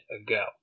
ago